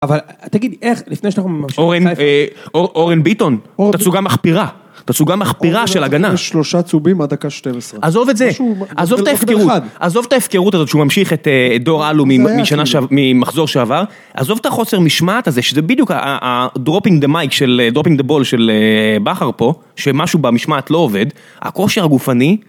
אבל תגיד איך, לפני שאנחנו ממשיכים... אורן, אורן ביטון, תצוגה מכפירה, תצוגה מכפירה של הגנה. שלושה צהובים עד דקה 12. עזוב את זה, עזוב את ההפקרות הזאת שהוא ממשיך את דור הלו ממחזור שעבר, עזוב את החוסר משמעת הזה, שזה בדיוק הדרופינג דה מייק, דרופינג דה בול של בכר פה, שמשהו במשמעת לא עובד, הכושר הגופני...